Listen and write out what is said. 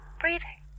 breathing